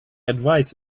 advice